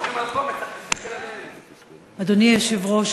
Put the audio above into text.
אדוני היושב-ראש,